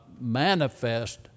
manifest